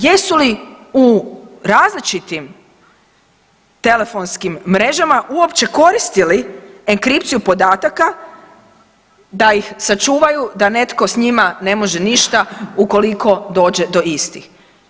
Jesu li u različitim telefonskim mrežama uopće koristili enkripciju podataka da ih sačuvaju da netko sa njima ne može ništa ukoliko dođe do istih.